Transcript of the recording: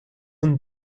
een